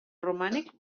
romànic